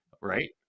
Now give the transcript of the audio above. Right